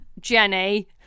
Jenny